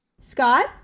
Scott